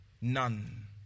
None